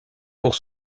pour